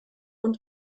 und